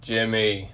Jimmy